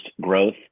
growth